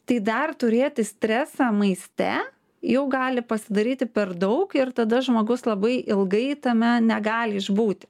tai dar turėti stresą maiste jau gali pasidaryti per daug ir tada žmogus labai ilgai tame negali išbūti